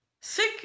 Sick